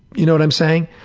you know what i'm saying?